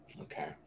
okay